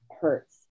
hurts